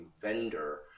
vendor